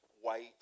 white